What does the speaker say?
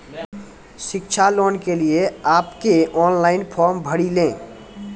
शिक्षा लोन के लिए आप के ऑनलाइन फॉर्म भरी ले?